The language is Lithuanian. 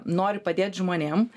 nori padėt žmonėm